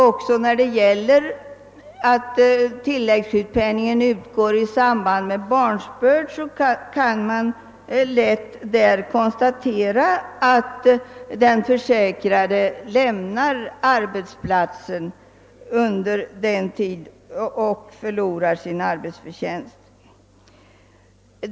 I de fall där tilläggssjukpenningen utgår under viss tid i samband med barnsbörd är det lätt att konstatera att den försäkrade varit frånvarande från sitt arbete och inte haft arbetsförtjänst under denna tid.